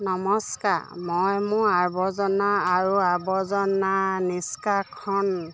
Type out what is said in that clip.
নমস্কাৰ মই মোৰ আৱৰ্জনা আৰু আৱৰ্জনা নিষ্কাশন